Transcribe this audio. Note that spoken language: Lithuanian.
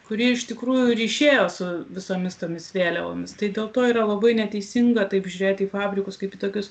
kurie iš tikrųjų ir išėjo su visomis tomis vėliavomis tai dėl to yra labai neteisinga taip žiūrėti į fabrikus kaip į tokius